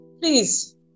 Please